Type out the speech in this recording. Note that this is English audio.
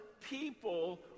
people